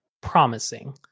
promising